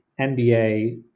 NBA